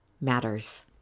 matters